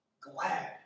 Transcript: glad